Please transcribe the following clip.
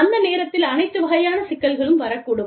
அந்த நேரத்தில் அனைத்து வகையான சிக்கல்களும் வரக்கூடும்